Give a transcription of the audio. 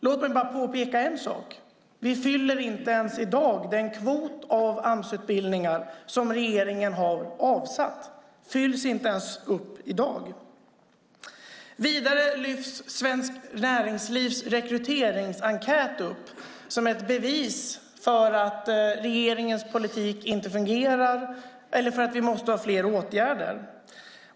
Låt mig bara påpeka en sak: Vi fyller inte ens i dag upp den kvot av Amsutbildningar som regeringen har avsatt. Vidare lyfts Svenskt Näringslivs rekryteringsenkät upp som ett bevis för att regeringens politik inte fungerar och att vi måste ha fler åtgärder.